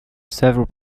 several